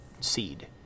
seed